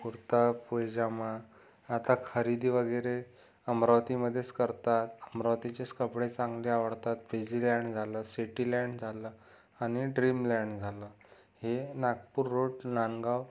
कुर्ता पायजमा आता खरेदी वगैरे अमरावतीमध्येच करतात अमरावतीचेच कपडे चांगले आवडतात फिजीलँड झालं सिटिलँड झालं आणि ड्रीमलँड झालं हे नागपूर रोडचं नांदगाव